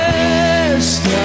best